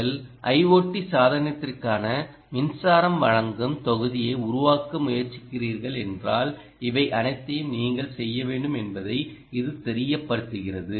உங்கள் ஐஓடி சாதனத்திற்கான மின்சாரம் வழங்கல் தொகுதியை உருவாக்க முயற்சிக்கிறீர்கள் என்றால் இவை அனைத்தையும் நீங்கள் செய்ய வேண்டும் என்பதையே இது தெரியப்படுத்துகிறது